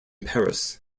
paris